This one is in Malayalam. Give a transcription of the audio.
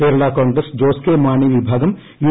കേരളാ കോൺഗ്രസ്സ് ജോസ് കെ മാണി വിഭാഗം യു